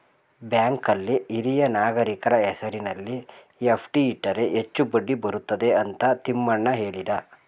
ಬ್ಯಾಂಕಲ್ಲಿ ಹಿರಿಯ ನಾಗರಿಕರ ಹೆಸರಿನಲ್ಲಿ ಎಫ್.ಡಿ ಇಟ್ಟರೆ ಹೆಚ್ಚು ಬಡ್ಡಿ ಬರುತ್ತದೆ ಅಂತ ತಿಮ್ಮಣ್ಣ ಹೇಳಿದ